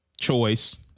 choice